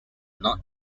not